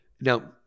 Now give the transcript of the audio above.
now